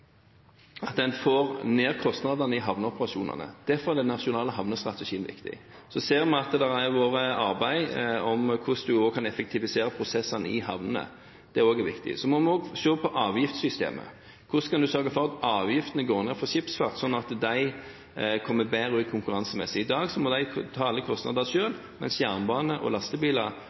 får ned kostnadene i havneoperasjonene, derfor er den nasjonale havnestrategien viktig. Så ser vi at det har vært arbeid om hvordan du kan effektivisere prosessene i havnene, det er også viktig. Vi må også se på avgiftssystemet. Hvordan kan du sørge for at avgiftene går ned for skipsfart sånn at de kommer bedre ut konkurransemessig? I dag må de ta alle kostnadene selv, mens jernbane og lastebiler